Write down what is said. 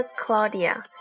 Claudia